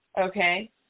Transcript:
Okay